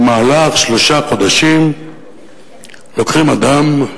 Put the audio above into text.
במהלך שלושה חודשים לוקחים אדם,